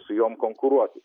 su jom konkuruoti